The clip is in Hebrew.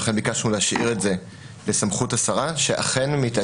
ולכן ביקשנו להשאיר את זה לסמכות השרה שמתעתדת